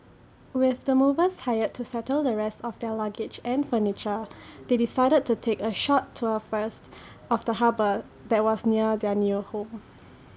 with the movers hired to settle the rest of their luggage and furniture they decided to take A short tour first of the harbour that was near their new home